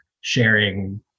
sharing